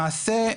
למעשה,